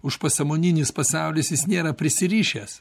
užpasąmoninis pasaulis jis nėra prisirišęs